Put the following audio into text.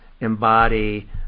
embody